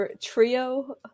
trio